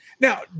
Now